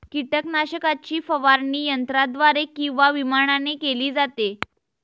कीटकनाशकाची फवारणी यंत्राद्वारे किंवा विमानाने केली जाते